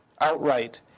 outright